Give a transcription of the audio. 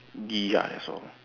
ya that's all